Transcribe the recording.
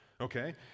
okay